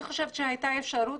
לדעתי,